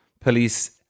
police